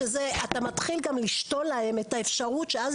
אתה מתחיל גם לשתול להם את האפשרות שאז